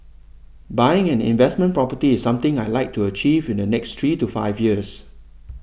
buying an investment property is something I'd like to achieve in the next three to five years